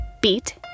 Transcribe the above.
beat